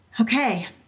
okay